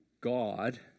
God